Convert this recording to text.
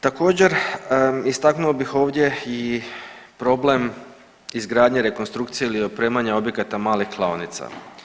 Također istaknuo bih ovdje i problem izgradnje rekonstrukcije ili opremanja objekata malih klaonica.